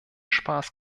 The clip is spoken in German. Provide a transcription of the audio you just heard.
spaß